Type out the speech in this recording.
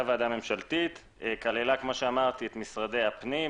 ועדה ממשלתית שכללה את משרדי הפנים,